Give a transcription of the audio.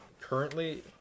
currently